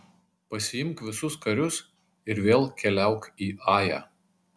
pasiimk visus karius ir vėl keliauk į ają